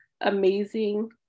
amazing